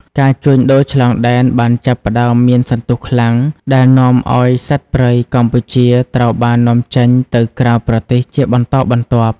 ការជួញដូរឆ្លងដែនបានចាប់ផ្តើមមានសន្ទុះខ្លាំង ដែលនាំឱ្យសត្វព្រៃកម្ពុជាត្រូវបាននាំចេញទៅក្រៅប្រទេសជាបន្តបន្ទាប់។